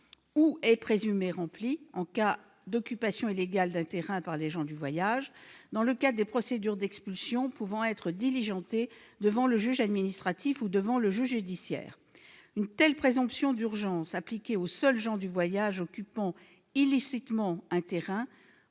ou est présumée remplie, en cas d'occupation illégale d'un terrain par des gens du voyage, dans le cadre des procédures d'expulsion pouvant être diligentées devant le juge administratif ou devant le juge judiciaire. Une telle présomption d'urgence, appliquée aux seuls gens du voyage occupant illicitement un terrain,